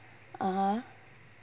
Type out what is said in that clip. (uh huh)